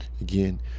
Again